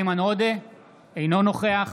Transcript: אינו נוכח